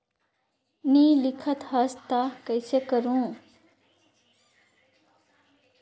नी लिखत हस ता कइसे करू?